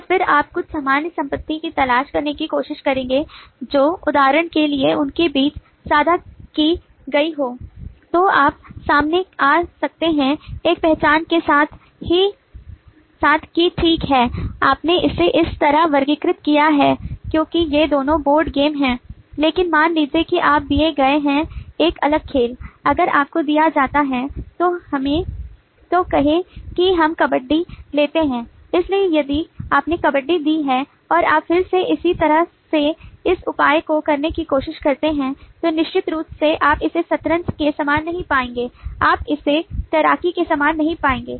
और फिर आप कुछ सामान्य संपत्ति की तलाश करने की कोशिश करेंगे जो उदाहरण के लिए उनके बीच साझा की गई हो तो आप सामने आ सकते हैं एक पहचान के साथ कि ठीक है आपने इसे इस तरह वर्गीकृत किया है क्योंकि ये दोनों बोर्ड गेम हैं लेकिन मान लीजिए कि आप दिए गए हैं एक अलग खेल अगर आपको दिया जाता है तो कहें कि हम कबड्डी लेते हैं इसलिए यदि आपने कबड्डी दी है और आप फिर से इसी तरह से इस उपाय को करने की कोशिश करते हैं तो निश्चित रूप से आप इसे शतरंज के समान नहीं पाएंगे आप इसे तैराकी के समान नहीं पाएंगे